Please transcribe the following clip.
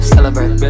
Celebrate